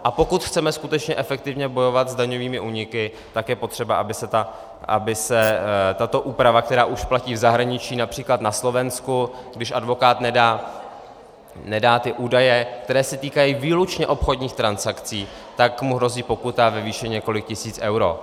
A pokud chceme skutečně efektivně bojovat s daňovými úniky, tak je potřeba, aby se tato úprava, která už platí v zahraničí například na Slovensku, když advokát nedá ty údaje, které se týkají výlučně obchodních transakcí, tak mu hrozí pokuta ve výši několik tisíc eur.